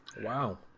wow